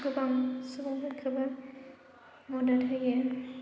गोबां सुबुंफोरखौबो मदद होयो